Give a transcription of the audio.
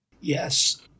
Yes